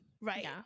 right